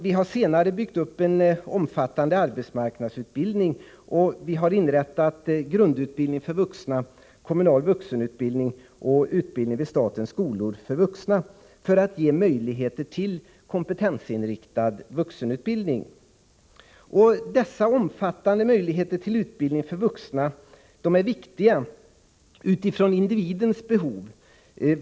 Vi har senare byggt upp en omfattande arbetsmarknadsutbildning, och vi har inrättat grundutbildning för vuxna — kommunal vuxenutbildning och utbildning vid statens skolor för vuxna — för att ge dem möjligheter till kompetensinriktad vuxenutbildning. Dessa goda möjligheter till utbildning för vuxna är viktiga utifrån individens behov.